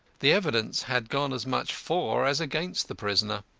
the evidence had gone as much for as against the prisoner.